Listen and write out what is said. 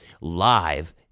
live